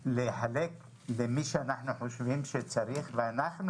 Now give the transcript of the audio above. שקלים לחלק למי שאנחנו חושבים שצריך ואנחנו